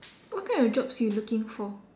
what kind of jobs you looking for